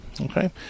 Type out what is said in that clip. Okay